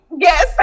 Yes